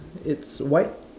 it's white